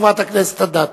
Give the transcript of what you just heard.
חברת הכנסת אדטו.